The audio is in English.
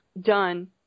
done